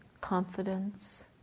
confidence